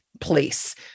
place